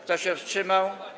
Kto się wstrzymał?